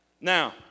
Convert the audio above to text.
Now